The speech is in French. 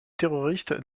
terroristes